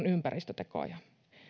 ympäristötekoja